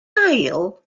ail